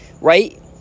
right